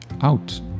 out